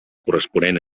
corresponent